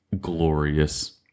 glorious